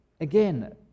Again